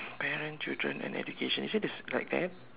parent children and education is it this like that